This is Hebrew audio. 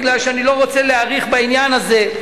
כי אני לא רוצה להאריך בעניין הזה: